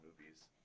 movies